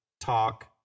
talk